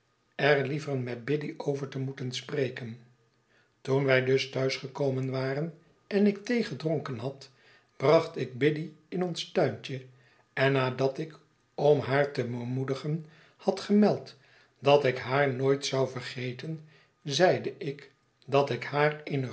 er liever met biddy over te moeten spreken toen wij dus thuis gekomen waren en ik theegedronken had bracht ik biddy in ons tuintje en nadat ik om haar te bemoedigen had gemeld dat ik haar nooit zou vergeten zeide ik dat ik haar